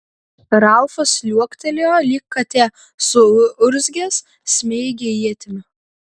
ralfas liuoktelėjo lyg katė suurzgęs smeigė ietimi